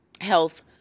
health